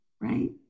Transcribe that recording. right